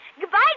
Goodbye